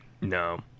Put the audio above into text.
No